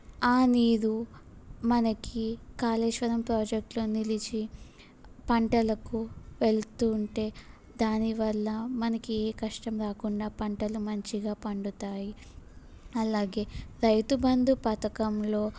ఆ నీరు మనకు కాళేశ్వరం ప్రాజెక్టులో నిలిచి పంటలకు వెళ్తుంటే దాని వల్ల మనకు ఏ కష్టం రాకుండా పంటలు మంచిగా పండుతాయి అలాగే రైతు బందు పథకంలో